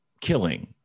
killing